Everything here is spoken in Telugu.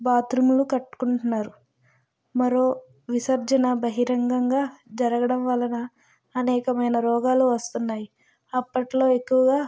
బాత్రూములు కట్టుకుంటున్నారు మరో విసర్జన బహిరంగంగా జరగడం వలన అనేకమైన రోగాలు వస్తున్నాయి అప్పట్లో ఎక్కువగా